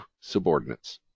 subordinates